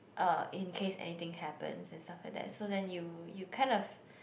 uh in case anything happens and stuff like that so then you you kind of